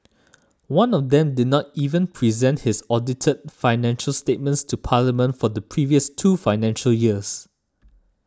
one of them did not even present its audited financial statements to Parliament for the previous two financial years